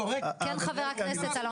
הכנסת אלון